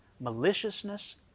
maliciousness